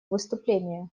выступление